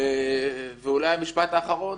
ואולי המשפט האחרון: